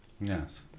Yes